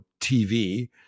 TV